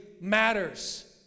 matters